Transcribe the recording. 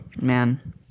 man